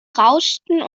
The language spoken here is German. rauschten